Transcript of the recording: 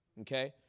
Okay